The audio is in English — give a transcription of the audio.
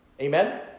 Amen